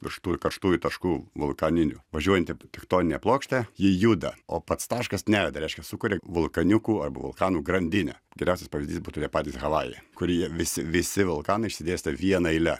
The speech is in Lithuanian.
virš tų karštųjų taškų vulkaninių važiuojanti tektoninė plokštė ji juda o pats taškas nejuda reiškia sukuria vulkaniukų arba vulkanų grandinę geriausias pavyzdys būtų tie patys havajai kur jie visi visi vulkanai išsidėstę viena eile